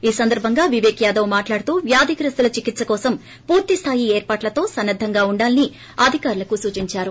ఈ సందర్భంగా వివేక్ యాదవ్ మాట్లాడుతూ వ్యాధిగ్రస్తుల చికిత్స కోసం పూర్తిస్టాయి ఏర్పాట్లతో సన్నద్దంగా వుండాలని అధికారులకు సూచించారు